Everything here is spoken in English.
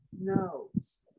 knows